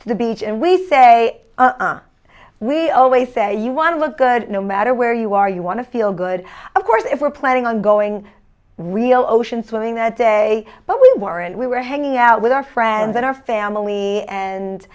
to the beach and we say we always say you want to look good no matter where you are you want to feel good of course if we're planning on going real ocean swimming that day but we weren't we were hanging out with our friends and our family and